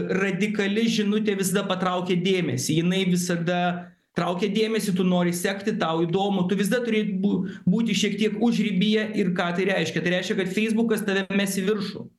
radikali žinutė visada patraukia dėmesį jinai visada traukia dėmesį tu nori sekti tau įdomu tu visada turė bū būti šiek tiek užribyje ir ką tai reiškia tai reiškia kad feisbukas tave mes į viršų